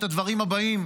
את הדברים הבאים,